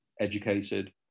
educated